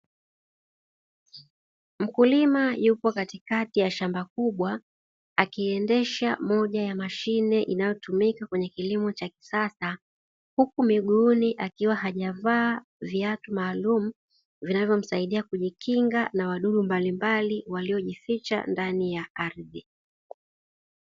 Mkulima yupo katikati ya shamba kubwa akiendesha moja ya mashine inayotumika kwenye kilimo cha kisasa, huku miguuni akiwa hajavaa viatu maalumu vinavyomsaidia ya kujikinga na wasudu mbalimbali waliojificha ndani ya ardhi.